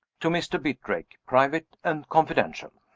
to mr. bitrake. private and confidential.